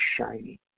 shiny